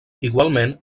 igualment